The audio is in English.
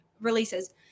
releases